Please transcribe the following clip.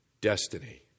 destiny